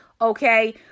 okay